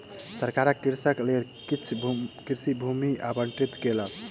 सरकार कृषकक लेल किछ कृषि भूमि आवंटित केलक